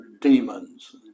demons